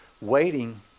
waiting